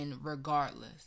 regardless